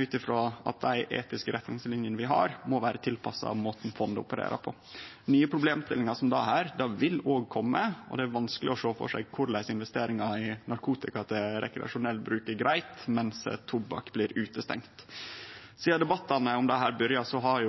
ut frå at dei etiske retningslinjene vi har, må vere tilpassa måten fondet opererer på. Nye problemstillingar som dette vil òg kome, og det er vanskeleg å sjå for seg korleis investeringar i narkotika til rekreasjonell bruk er greitt, mens tobakk blir utestengd. Sidan debattane om dette byrja, har